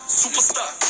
superstar